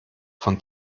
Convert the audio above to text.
von